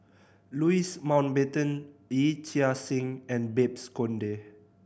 Louis Mountbatten Yee Chia Hsing and Babes Conde